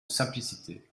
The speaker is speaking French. simplicité